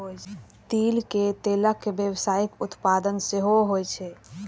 तिल के तेलक व्यावसायिक उत्पादन सेहो होइ छै